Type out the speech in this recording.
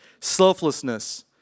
selflessness